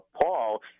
Paul